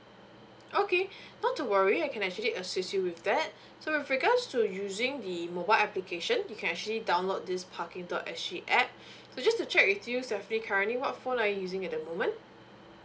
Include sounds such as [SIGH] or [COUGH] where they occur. okay not to worry I can actually assist you with that so with regards to using the mobile application you can actually download this parking dot S G app [BREATH] so just to check with you stephanie currently what phone are you using at the moment